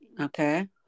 Okay